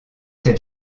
ses